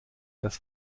das